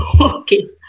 okay